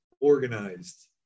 organized